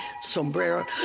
sombrero